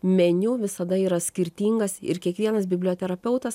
meniu visada yra skirtingas ir kiekvienas biblioterapeutas